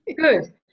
Good